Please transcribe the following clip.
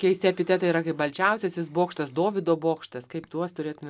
keisti epitetai yra kaip balčiausiasis bokštas dovydo bokštas kaip tuos turėtume